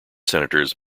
senators